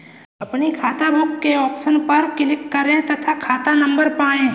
अपनी खाताबुक के ऑप्शन पर क्लिक करें तथा खाता नंबर पाएं